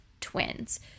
twins